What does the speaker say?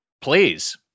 Please